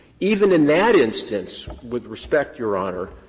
even in that instance, with respect, your honor,